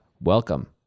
welcome